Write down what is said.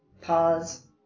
Pause